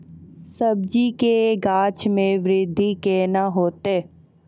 सब्जी के गाछ मे बृद्धि कैना होतै?